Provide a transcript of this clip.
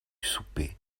souper